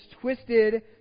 twisted